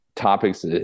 topics